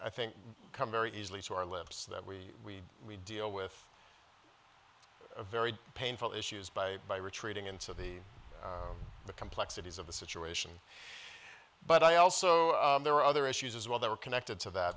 i think come very easily to our lives that we we deal with a very painful issues by by retreating into the the complexities of the situation but i also there were other issues as well they were connected to that